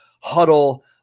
huddle